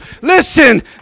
Listen